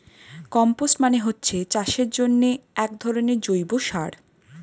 compost মানে হচ্ছে চাষের জন্যে একধরনের জৈব সার